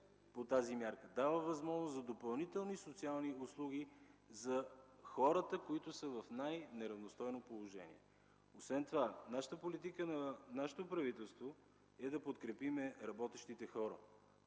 по тази мярка, има възможност за допълнителни социални услуги за хората, които са в най-неравностойно положение. Освен това политиката на нашето правителство е да подкрепим работещите хора,